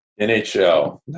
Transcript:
NHL